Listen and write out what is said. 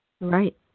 Right